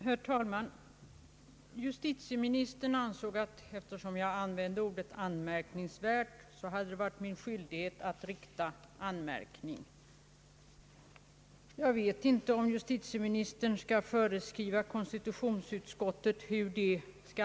Herr talman! Justitieministern ansåg att eftersom jag använde ordet anmärkningsvärt hade det varit min skyldighet att rikta en anmärkning. Jag vet inte om justitieministern skall föreskriva hur konstitutionsutskottet bör arbeta.